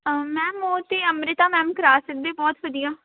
ma'am ਉਹ ਤਾਂ Amrita ma'am ਕਰਾ ਸਕਦੇ ਬਹੁਤ ਵਧੀਆ